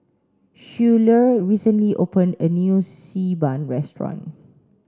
Schuyler recently opened a new Xi Ban restaurant